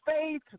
Faith